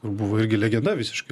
kur buvo irgi legenda visiškai